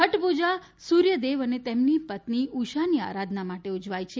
છઠ પૂજા સૂર્યદેવ અને તેમની પત્ની ઉષાની આરાધના માટે ઉજવાય છે